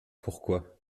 pourquoi